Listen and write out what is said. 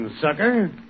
sucker